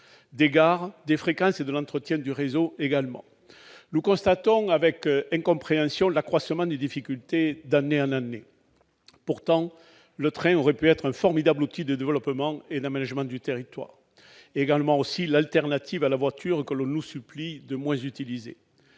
des gares, des fréquences de desserte et de l'entretien du réseau. Nous constatons avec incompréhension l'accroissement des difficultés d'année en année. Pourtant, le train aurait pu être un formidable outil de développement et d'aménagement du territoire, ainsi que l'alternative à la voiture, que l'on nous supplie de moins utiliser.